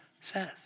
says